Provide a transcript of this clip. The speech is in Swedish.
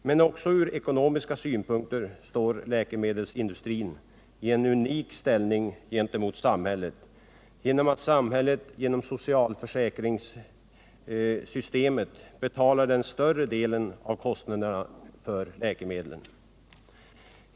Men också från ekonomiska synpunkter har den en unik ställning gentemot samhället, eftersom samhället genom socialförsäkringssystemet betalar den större delen av kostnaderna för läkemedlen.